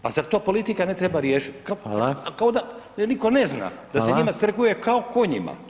Pa zar to politika ne treba riješiti [[Upadica: Hvala.]] a kao da nitko ne zna, da se njima trguje kao konjima.